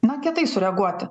na kietai sureaguoti